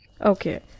okay